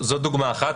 דוגמה אחת.